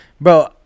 Bro